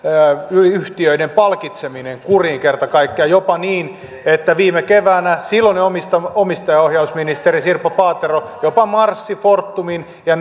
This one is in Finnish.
yhtiöiden palkitseminen kuriin kerta kaikkiaan jopa niin että viime keväänä silloinen omistajaohjausministeri sirpa paatero marssi fortumin ja